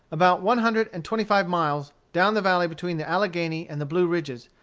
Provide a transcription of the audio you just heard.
about one hundred and twenty-five miles, down the valley between the alleghany and the blue ridges,